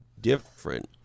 different